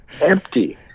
empty